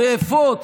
לאפות,